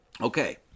Okay